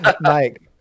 Mike